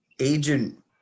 Agent